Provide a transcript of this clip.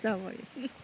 जाबाय